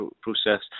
process